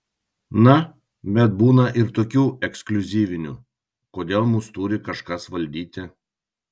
na bet būna ir tokių ekskliuzyvinių kodėl mus turi kažkas valdyti